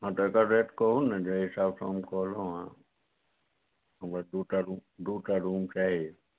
हँ तऽ एकर रेट कहू ने जाहि हिसाब से हम कहलहुँ हँ हमरा दूटा रूम दूटा रूम चाही